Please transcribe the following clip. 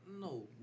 no